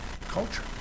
culture